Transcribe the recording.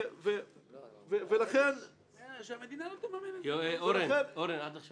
שריפת דגל בסרט אינה בהכרח ביזוי הדגל.